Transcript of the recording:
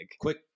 Quick